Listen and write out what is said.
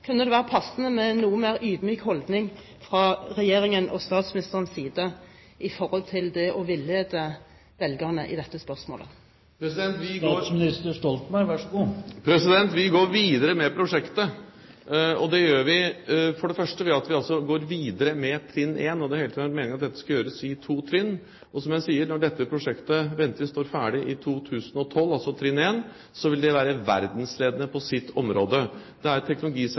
kunne det være passende med en noe mer ydmyk holdning fra Regjeringens og statsministerens side i forhold til det å villede velgerne i dette spørsmålet. Vi går videre med prosjektet. Det gjør vi for det første ved at vi går videre med trinn 1, og det har hele tiden vært meningen at dette skal gjøres i to trinn. Som jeg sier: Når dette prosjektet – altså trinn 1 – ventelig står ferdig i 2012, vil det være verdensledende på sitt område. Det er